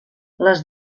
les